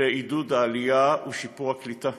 הוא שיפור הקליטה.